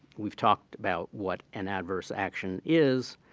we've talked about what an adverse action is,